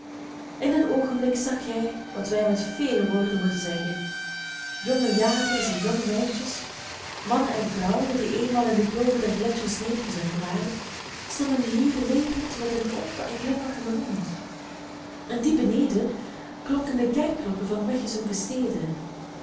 in een oogenblik zag hij wat wij met vele woorden moeten zeggen jonge jagers en jonge meisjes mannen en vrouwen die eenmaal in de kloven der gletschers neergezonken waren stonden hier levend met een open en glimlachenden mond en diep beneden klonken de kerkklokken van weggezonken steden